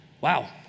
Wow